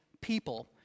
people